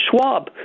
Schwab